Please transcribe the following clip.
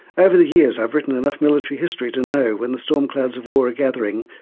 over the years, i've written enough military history to know when the storm clouds of war are gathering,